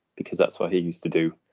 because that's where he used to do.